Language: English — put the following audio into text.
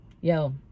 yo